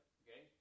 okay